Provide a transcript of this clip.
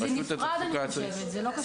אני חושבת שזה נפרד.